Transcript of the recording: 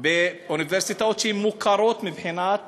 באוניברסיטאות מוכרות מבחינת